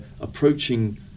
approaching